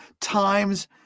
times